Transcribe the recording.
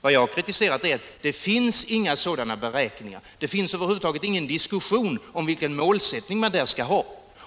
Vad jag kritiserat är att det inte finns några sådana beräkningar. Det förs över huvud taget ingen diskussion om vilken målsättning man skall ha.